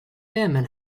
airmen